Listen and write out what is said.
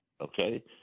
Okay